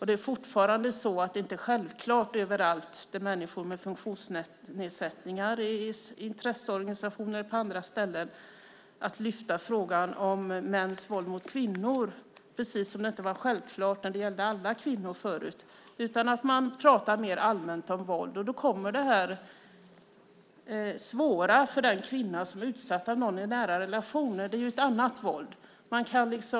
Det är fortfarande så att det inte är självklart överallt där människor med funktionsnedsättningar finns i intresseorganisationer och på andra ställen att lyfta fram frågan om mäns våld mot kvinnor. Det är precis som när det inte var självklart förut att det gällde alla kvinnor, utan man talade mer allmänt om våld. Det är svårt för den kvinna som är utsatt i nära relationer. Det är ett annat våld.